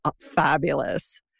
fabulous